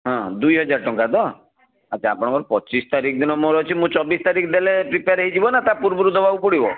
ହଁ ଦୁଇ ହଜାର ଟଙ୍କା ତ ଆଚ୍ଛା ଆପଣଙ୍କର ପଚିଶ ତାରିଖ ଦିନ ମୋର ଅଛି ମୁଁ ଚବିଶ୍ ତାରିଖ ଦେଲେ ପ୍ରିପେୟାର୍ ହେଇଯିବ ନା ତା ପୂର୍ବରୁ ଦେବାକୁ ପଡ଼ିବ